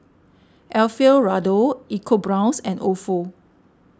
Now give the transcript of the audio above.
Alfio Raldo EcoBrown's and Ofo